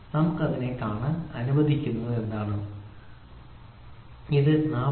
നമുക്ക് അങ്ങനെ കാണാൻ അനുവദിക്കുന്നതെന്താണ് ഇത് 40